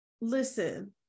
Listen